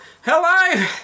hello